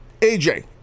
AJ